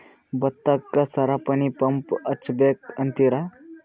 ಭತ್ತಕ್ಕ ಸರಪಣಿ ಪಂಪ್ ಹಚ್ಚಬೇಕ್ ಅಂತಿರಾ?